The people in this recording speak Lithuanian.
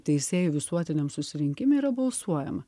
teisėjų visuotiniam susirinkime yra balsuojama